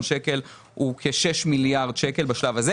שקל הוא כשישה מיליארד שקל בשלב הזה.